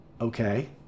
Okay